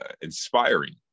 inspiring